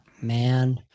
man